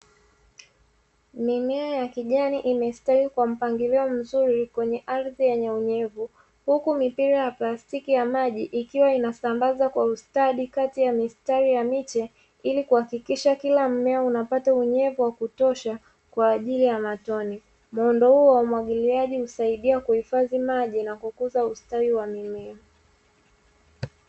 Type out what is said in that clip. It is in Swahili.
Mimea ya kijani imestawi kwa mpangilio mzuri kwenye ardhi yenye unyevu. Huku mipira ya plastiki ya maji ikiwa inasambaza kwa ustadi kati ya mistari ya miche ili kuhakikisha kila mmea unapata unyevu wa kutosha kwa ajili ya matone. Muundo huo wa umwagiliaji husaidia kuhifadhi maji na kukuza ustawi wa mimea.